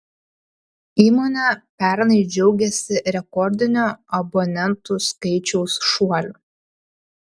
įmonė pernai džiaugėsi rekordiniu abonentų skaičiaus šuoliu